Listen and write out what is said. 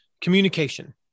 Communication